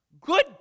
Good